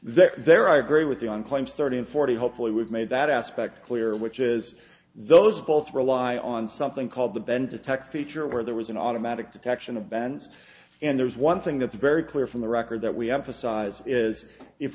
there there i agree with you on claims thirty and forty hopefully we've made that aspect clear which is those both rely on something called the ben to tech feature where there was an automatic detection of bends and there's one thing that's very clear from the record that we emphasize is if